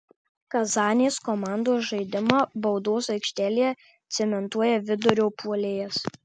kazanės komandos žaidimą baudos aikštelėje cementuoja vidurio puolėjas